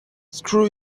screw